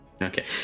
Okay